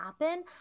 happen